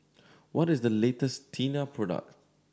what is the latest Tena product